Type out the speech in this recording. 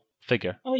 figure